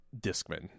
discman